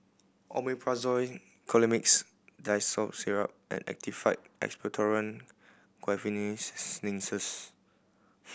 Omeprazole Colimix Dicyclomine Syrup and Actified Expectorant Guaiphenesin Linctus